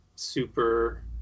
super